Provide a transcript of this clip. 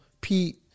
Pete